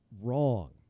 wrong